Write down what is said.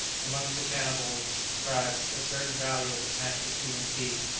amongst the cannibal tribes a certain value is attached to human teeth,